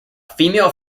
female